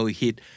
hit